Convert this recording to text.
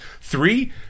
Three